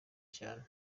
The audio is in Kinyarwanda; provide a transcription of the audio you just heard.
cyane